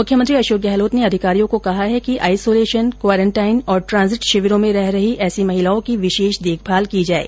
मुख्यमंत्री अशोक गहलोत ने अधिकारियों को कहा कि आईसोलेशन क्वारेंटाईन और ट्रांजिट शिविरों में रह रही ऐसी महिलाओं की विशेष देखभाल की जाये